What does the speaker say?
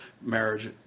marriage